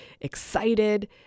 excited